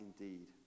indeed